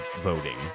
voting